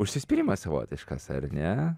užsispyrimas savotiškas ar ne